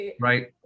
right